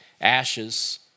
ashes